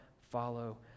follow